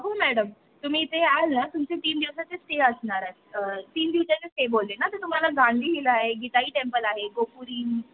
हो मॅडम तुम्ही इथे याल ना तुमचे तीन दिवसाचे स्टे असणार आहे तीन दिवसाचे स्टे बोलले ना ते तुम्हाला गांधी हिल आहे गीताई टेम्पल आहे गोपुरी